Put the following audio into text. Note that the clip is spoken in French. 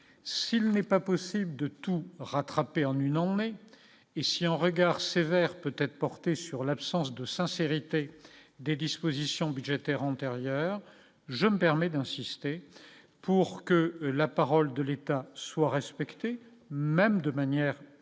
s'il n'est pas possible de tout rattrapé en une, on est, et si en regard sévère peut-être porté sur l'absence de sincérité des dispositions budgétaires antérieure, je me permets d'insister pour que la parole de l'État soit respectée, même de manière pluriannuelle